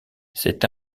c’est